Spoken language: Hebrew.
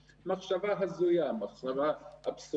אותנו ויש בתוכם גורמים חיוביים ואנחנו רוצים לדבר